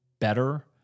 better